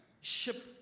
ship